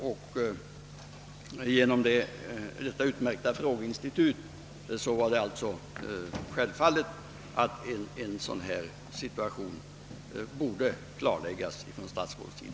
När vi har detta utmärkta frågeinstitut har jag ansett det självklart att statsrådet borde få tillfälle att klarlägga situationen.